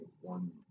one